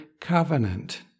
covenant